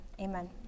Amen